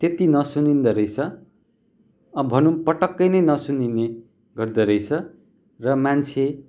त्यति नसुनिँदो रहेछ भनौँ पटक्कै नसुनिने गर्दो रहेछ र मान्छे